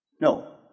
No